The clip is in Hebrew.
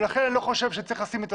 לכן אני לא חושב שצריך לשים את